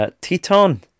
Teton